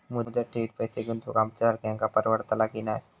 मुदत ठेवीत पैसे गुंतवक आमच्यासारख्यांका परवडतला की नाय?